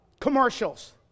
Commercials